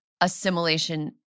assimilation